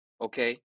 Okay